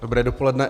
Dobré dopoledne.